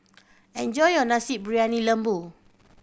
enjoy your Nasi Briyani Lembu